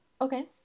Okay